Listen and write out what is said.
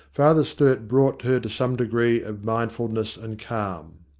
father sturt brought her to some degree of mindfulness and calm.